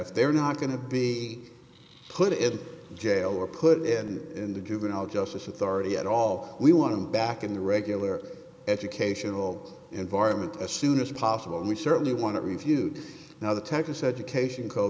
if they're not going to be put in jail or put in in the juvenile justice authority at all we want him back in the regular educational environment as soon as possible and we certainly want to refute now the texas education